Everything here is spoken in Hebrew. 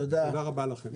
תודה רבה לכם.